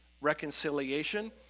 reconciliation